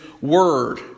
Word